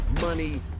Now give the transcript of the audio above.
Money